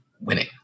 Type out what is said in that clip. winning